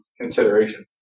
consideration